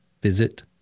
visit